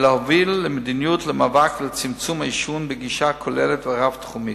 אלא הוביל מדיניות למאבק לצמצום העישון בגישה כוללת ורב-תחומית,